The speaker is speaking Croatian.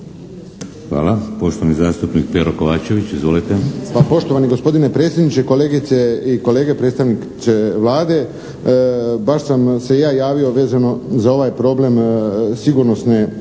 Hvala. Poštovani zastupnik Pero Kovačević. **Kovačević, Pero (HSP)** Poštovani gospodine predsjedniče, kolegice i kolege, predstavniče Vlade. Baš sam se ja javio vezano za ovaj problem sigurnosne